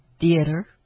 theater